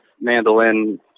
mandolin